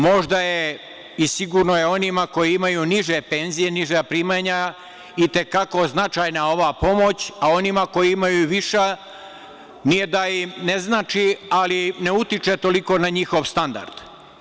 Možda je i sigurno je onima koji imaju niže penzije, niža primanja i te kako značajna ova pomoć, a onima koji imaju viša nije da im ne znači, ali ne utiče toliko na njihov standard.